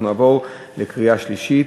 אנחנו נעבור לקריאה שלישית.